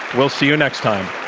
we'll see you next time.